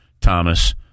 Thomas